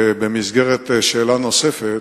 במסגרת שאלה נוספת,